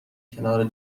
کنار